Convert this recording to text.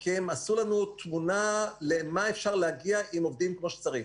כי הם עשו לנו תמונה למה אפשר להגיע אם עובדים כמו שצריך.